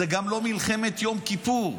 זה גם לא מלחמת יום כיפור,